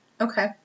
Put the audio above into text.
Okay